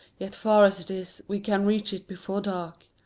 yet far as it is, we can reach it before dark.